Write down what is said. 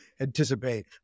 anticipate